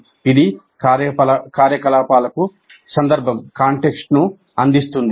ఇది కార్యకలాపాలకు సందర్భం అందిస్తుంది